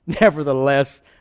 Nevertheless